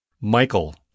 Michael